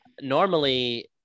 normally